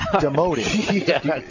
demoted